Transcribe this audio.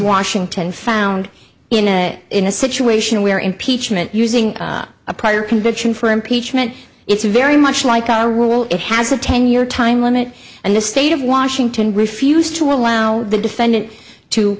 washington found you know in a situation where impeachment using a prior conviction for impeachment it's very much like our will it has a ten year time limit and the state of washington refused to allow the defendant to